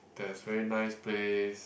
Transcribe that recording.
there's very nice place